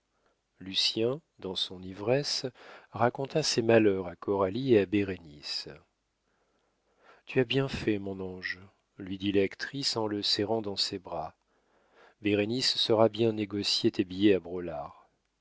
lucien dans son ivresse raconta ses malheurs à coralie et à bérénice tu as bien fait mon ange lui dit l'actrice en le serrant dans ses bras bérénice saura bien négocier tes billets à